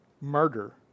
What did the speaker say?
murder